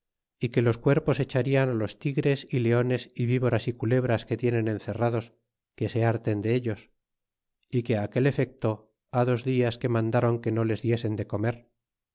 y que los cuerpos echarian los tigres y leones y vivoras y culebras que tienen encerrados que se harten dellos é que á aquel efecto ha dos dias que mandáron que no les diesen de comer